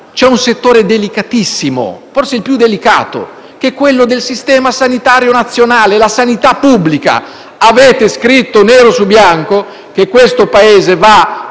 poi un settore delicatissimo, forse il più delicato, quello del Sistema sanitario nazionale, la sanità pubblica. Avete scritto nero su bianco che questo Paese va